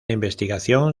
investigación